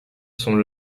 sont